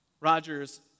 Roger's